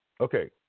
Okay